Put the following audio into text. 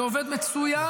זה עובד מצוין.